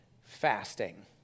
fasting